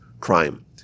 crime